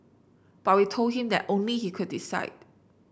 but we told him that only he could decide